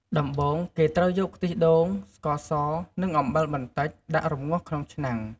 ដំបូងគេត្រូវយកខ្ទិះដូង ស្ករស និងអំបិលបន្តិចដាក់រំងាស់ក្នុងឆ្នាំង។